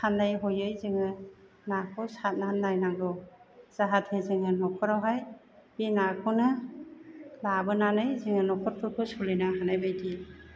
सानै हयै जोङो नाखौ सारना लायनांगौ जाहाथे जोङो नखरावहाय बे नाखौनो लाबोनानै जोङो नखरफोरखौ सोलिनो हानाय बायदि